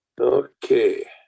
okay